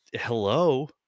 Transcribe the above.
Hello